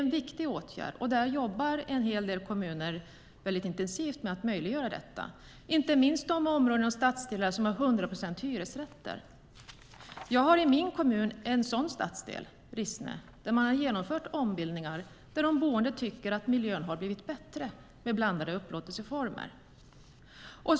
En hel del kommuner jobbar intensivt med att möjliggöra ombildningar, inte minst i de områden och stadsdelar där det finns 100 procent hyresrätter. I min kommun finns en sådan stadsdel: Rissne. Där har ombildningar genomförts, och de boende tycker att miljön har blivit bättre med blandade upplåtelseformer.